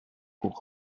pour